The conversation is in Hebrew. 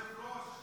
כבוד היושב-ראש,